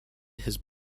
his